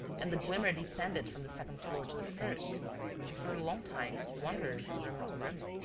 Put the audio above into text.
and the glimmer descended from the second floor to the first and, for a long time, wandered from room to room.